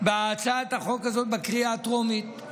בהצעת החוק הזאת בקריאה הטרומית,